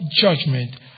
judgment